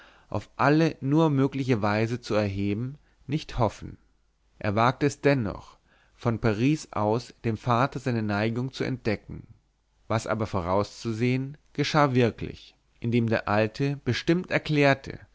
auf alle nur mögliche weise zu erheben nicht hoffen er wagte es dennoch von paris aus dem vater seine neigung zu entdecken was aber vorauszusehen geschah wirklich indem der alte bestimmt erklärte